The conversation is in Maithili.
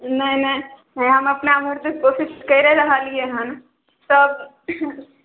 नहि नहि हे हम अपना भरि तऽ कोशिश करि रहलियै हँ सभ